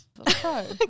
Okay